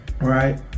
Right